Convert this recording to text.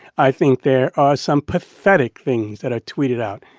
i think there are some pathetic things that are tweeted out.